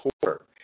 quarter